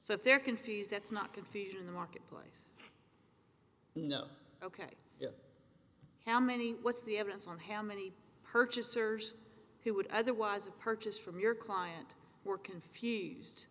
so if they're confused that's not confusion in the marketplace you know ok how many what's the evidence on how many purchasers who would otherwise have purchased from your client were confused